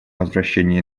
возвращения